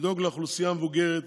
לדאוג לאוכלוסייה המבוגרת